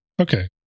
okay